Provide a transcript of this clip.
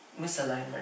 misalignment